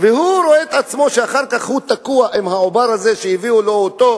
והוא רואה את עצמו שהוא אחר כך תקוע עם העובר הזה שהביאו לו אותו,